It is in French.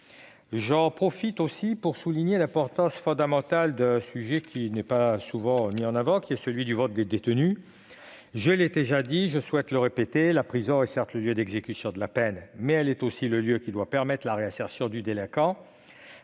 J'en profite pour souligner l'importance fondamentale d'un sujet peu souvent mis en avant : le vote des détenus. Je l'ai déjà dit, mais je souhaite le répéter : la prison est certes le lieu d'exécution de la peine, mais elle est aussi le lieu qui doit permettre la réinsertion du délinquant.